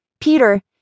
Peter